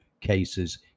cases